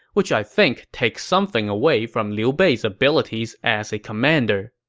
which i think takes something away from liu bei's abilities as a commander.